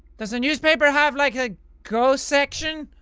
does the newspaper have like a ghost section?